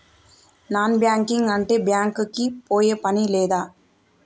Non banking అంటే bank కి పోయే పని లేదా?